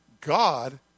God